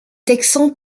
texans